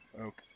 Okay